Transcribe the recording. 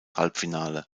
halbfinale